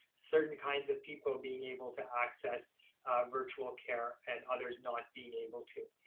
certain kinds of people being able to access virtual care and others not being able to.